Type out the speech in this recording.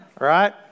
Right